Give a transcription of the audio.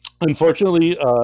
Unfortunately